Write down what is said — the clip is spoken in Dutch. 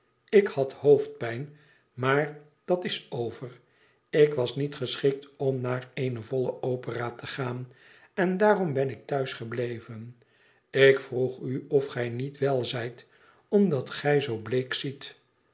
ik had hoofdpijn maar dat is over ik was niet geschikt om naar eene volle opera te gaan en daarom ben ik thuis gebleven ik vroeg u of gij niet wel zijt omdat gij zoo